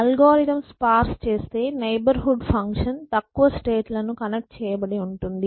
algorithm sparse చేస్తే neighbourhood function తక్కువ state ల ను కనెక్ట్ చేయబడి ఉంటుంది